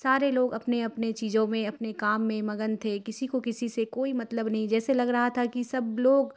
سارے لوگ اپنے اپنے چیزپن میں اپنے کام میں مغن تھے کسی کو کسی سے کوئی مطلب نہیں جیسے لگ رہا تھا کہ سب لوگ